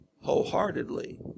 wholeheartedly